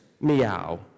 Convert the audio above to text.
meow